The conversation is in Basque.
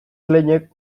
kleinek